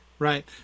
right